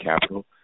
capital